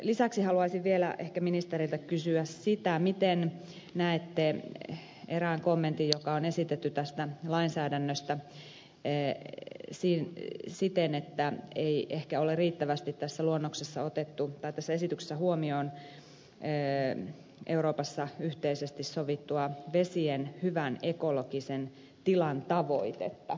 lisäksi haluaisin vielä ehkä ministeriltä kysyä sitä miten näette erään kommentin joka on esitetty tästä lainsäädännöstä siten että ei ehkä ole riittävästi tässä esityksessä otettu huomioon euroopassa yhteisesti sovittua vesien hyvän ekologisen tilan tavoitetta